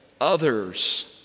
others